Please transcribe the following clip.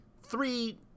three